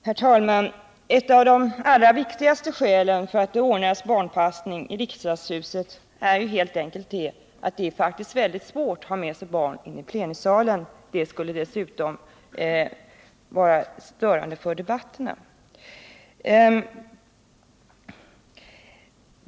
Herr talman! Ett av de allra viktigaste skälen för att anordna barnpassning i riksdagshuset är helt enkelt att det är väldigt svårt att ha med sig barn inne i plenisalen — det är störande för debatterna.